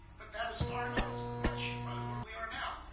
but that is far enough. it's much farther than where we are now.